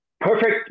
Perfect